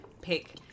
pick